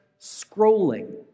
scrolling